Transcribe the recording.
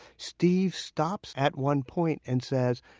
steve stops at one point and says,